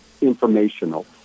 informational